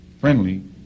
friendly